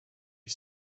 you